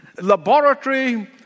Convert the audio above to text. Laboratory